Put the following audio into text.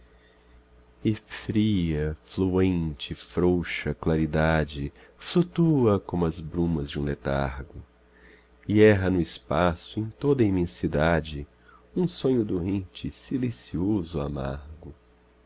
fria fluente frouxa claridade flutua como as brumas de um letargo e erra no espaço em toda a imensidade um sonho doente cilicioso amargo